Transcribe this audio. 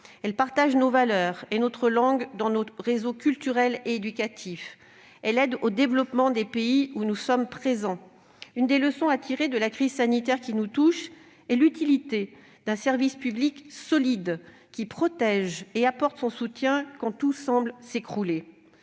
fait partager nos valeurs et notre langue dans notre réseau culturel et éducatif. Elle aide au développement des pays où nous sommes présents. L'une des leçons à tirer de la crise sanitaire qui nous touche est l'utilité d'un service public solide, qui protège et apporte son soutien quand tout semble s'écrouler.